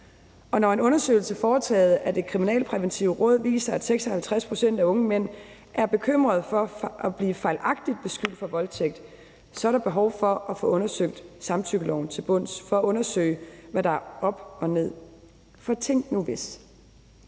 Når en undersøgelse foretaget af Det Kriminalpræventive Råd viser, at 56 pct. af unge mænd er bekymrede for fejlagtigt at blive beskyldt for voldtægt, så er der behov for at få undersøgt samtykkeloven til bunds for at undersøge, hvad der er op og ned. For tænk nu, hvis